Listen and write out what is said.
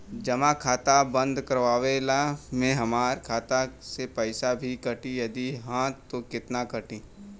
जमा खाता बंद करवावे मे हमरा खाता से पईसा भी कटी यदि हा त केतना कटी?